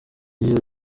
iyo